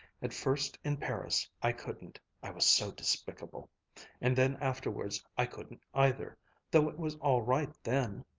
at first in paris i couldn't i was so despicable and then afterwards i couldn't either though it was all right then.